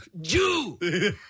Jew